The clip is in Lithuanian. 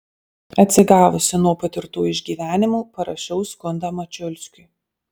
atsigavusi nuo patirtų išgyvenimų parašiau skundą mačiulskiui